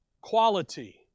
Quality